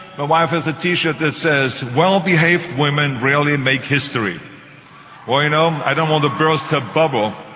ah wife has a t-shirt that says well behaved women rarely and make history. well you know, i don't want to burst her bubble,